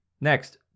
Next